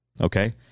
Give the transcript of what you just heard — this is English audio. okay